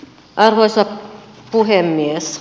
arvoisa puhemies